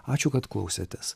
ačiū kad klausėtės